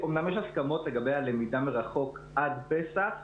אומנם יש הסכמות לגבי הלמידה מרחוק עד פסח,